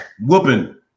Whooping